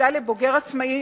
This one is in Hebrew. יגדל לבוגר עצמאי,